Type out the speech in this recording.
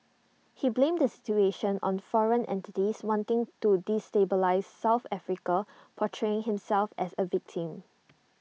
he blamed the situation on foreign entities wanting to destabilise south Africa portraying himself as A victim